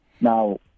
Now